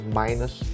minus